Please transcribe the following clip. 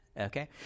Okay